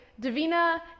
Davina